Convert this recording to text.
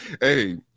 hey